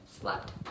slept